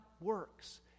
works